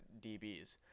DBs